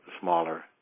smaller